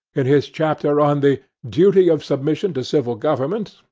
in his chapter on the duty of submission to civil government,